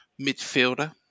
midfielder